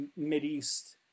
Mideast